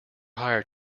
hired